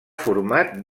format